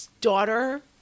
daughter